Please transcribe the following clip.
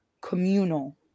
communal